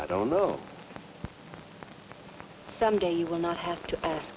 i don't know someday you will not have to